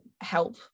help